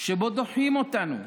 שבה דוחים אותנו,